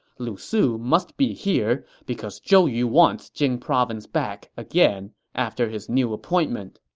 lu su must be here because zhou yu wants jing province back again after his new appointment.